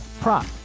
prop